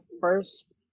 first